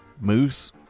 moose